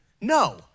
No